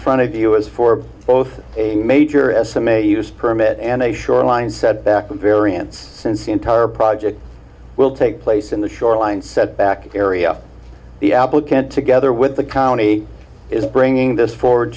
front of us for both a major estimate use permit and a shoreline set back in variance since the entire project will take place in the shoreline setback area the applicant together with the county is bringing this forward